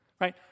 right